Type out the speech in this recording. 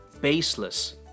Baseless